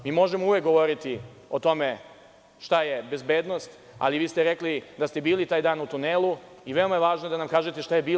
Mi možemo uvek govoriti o tome šta je bezbednost, ali vi ste rekli da ste bili taj dan u tunelu i veoma je važno da nam kažete šta je bilo?